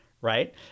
right